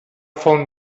font